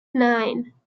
nine